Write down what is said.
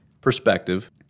Perspective